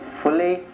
fully